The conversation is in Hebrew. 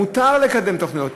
מותר לקדם תוכניות,